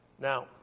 Now